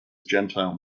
gentile